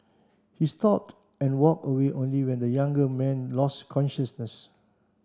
he stopped and walked away only when the younger man lost consciousness